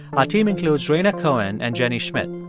our team includes rhaina cohen and jenny schmidt.